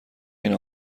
این